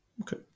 Okay